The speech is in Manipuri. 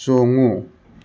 ꯆꯣꯡꯉꯨ